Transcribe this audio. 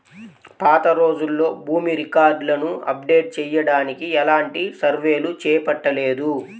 పాతరోజుల్లో భూమి రికార్డులను అప్డేట్ చెయ్యడానికి ఎలాంటి సర్వేలు చేపట్టలేదు